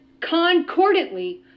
concordantly